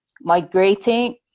migrating